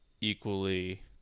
equally